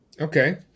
Okay